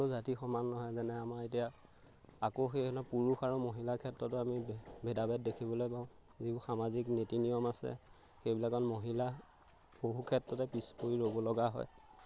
সকলো জাতি সমান নহয় যেনে আমাৰ এতিয়া আকৌ সেই পুৰুষ আৰু মহিলাৰ ক্ষেত্ৰতো আমি ভেদাভেদ দেখিবলৈ পাওঁ যিবোৰ সামাজিক নীতি নিয়ম আছে সেইবিলাকত মহিলা বহু ক্ষেত্ৰতে পিছ পৰি ৰ'ব লগা হয়